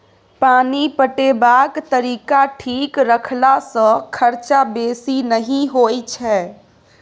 पानि पटेबाक तरीका ठीक रखला सँ खरचा बेसी नहि होई छै